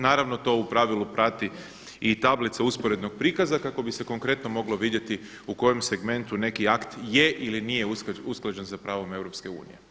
Naravno to u pravilu prati i tablica usporednog prikaza kako bi se konkretno moglo vidjeti u kojem segmentu neki akt je ili nije usklađen sa pravom EU.